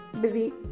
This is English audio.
busy